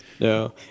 No